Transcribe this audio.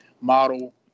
model